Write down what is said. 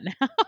now